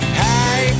hey